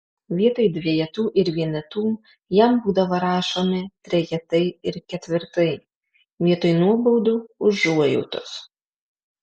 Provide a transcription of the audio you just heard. vietoj dvejetų ir vienetų jam būdavo rašomi trejetai ir ketvirtai vietoj nuobaudų užuojautos